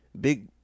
Big